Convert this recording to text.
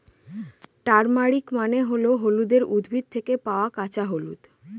turmeric মানে হল হলুদের উদ্ভিদ থেকে পাওয়া কাঁচা হলুদ